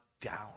down